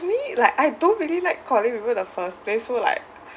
for me like I don't really like calling people in the first place so like